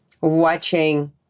watching